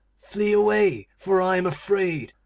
flee away, for i am afraid,